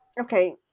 okay